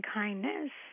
kindness